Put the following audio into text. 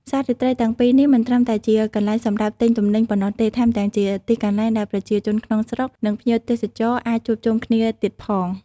ផ្សាររាត្រីទាំងពីរនេះមិនត្រឹមតែជាកន្លែងសម្រាប់ទិញទំនិញប៉ុណ្ណោះទេ ថែមទាំងជាទីកន្លែងដែលប្រជាជនក្នុងស្រុក និងភ្ញៀវទេសចរអាចជួបជុំគ្នាទៀតផង។